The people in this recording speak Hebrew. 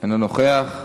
אינו נוכח.